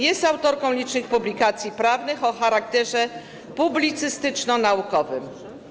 Jest autorką licznych publikacji prawnych o charakterze publicystyczno-naukowym.